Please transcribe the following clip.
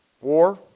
War